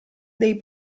dei